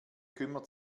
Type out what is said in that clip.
kümmert